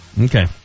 Okay